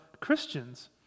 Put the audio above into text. Christians